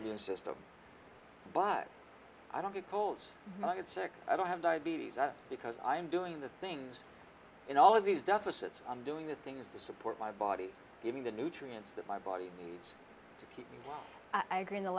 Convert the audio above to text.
immune system but i don't get colds my head sick i don't have diabetes because i'm doing the things in all of these deficits i'm doing the things to support my body getting the nutrients that my body needs p i agree in the